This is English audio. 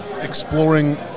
exploring